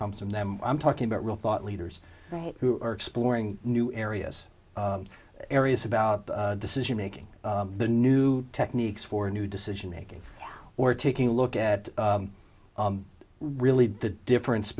comes from them i'm talking about real thought leaders who are exploring new areas areas about decision making the new techniques for new decision making or taking a look at really the difference